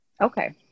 Okay